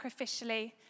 sacrificially